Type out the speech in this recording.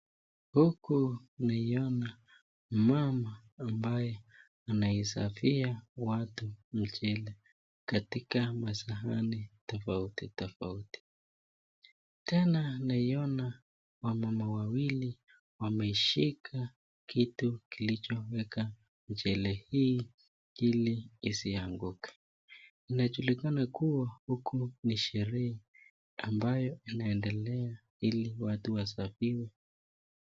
Huku tunaiona mama ambaye anai servia watu mchele, katika masahani tofauti tofauti. Tena naiona wamama wawili wameishika kitu kilichoweka mchele hii ili isianguke. Inajulikana kuwa huku ni sherehe ambayo inaendelea ili watu wasafiri.